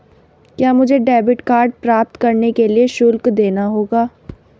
क्या मुझे debit card प्राप्त करने के लिए शुल्क देना होगा?